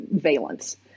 valence